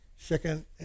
Second